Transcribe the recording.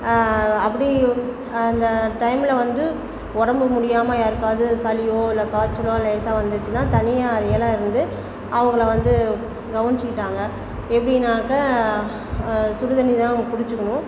அப்படி அந்த டைம்மில் வந்து உடம்பு முடியாமல் யாருக்காது சளியோ இல்லை காய்ச்சலோ லேசாக வந்துச்சுன்னா தனியாக இருந்து அவங்கள வந்து கவனிச்சிக்கிட்டாங்க எப்படின்னாக்கா சுடு தண்ணி தான் பிடிச்சிக்கணும்